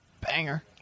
Banger